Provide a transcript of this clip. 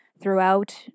throughout